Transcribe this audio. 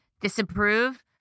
disapprove